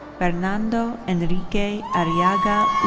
fernando enrique arriago